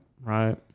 right